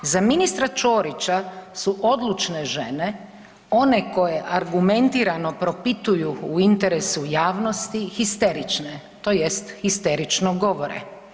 Za ministra Ćorića su odlučne žene one koje argumentirano propituju u interesu javnosti, histerične, tj. histerično govore.